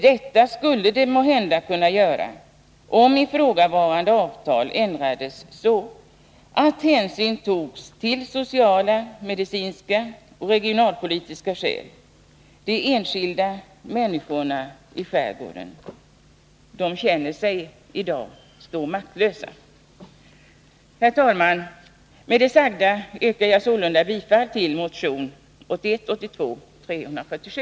Detta skulle måhända också kunna göras, om ifrågavarande avtal ändrades så att hänsyn togs till sociala, medicinska och regionalpolitiska skäl. De enskilda människorna i skärgården känner sig så maktlösa. Herr talman! Med det sagda yrkar jag sålunda bifall till motion 1981/82:347.